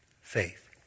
faith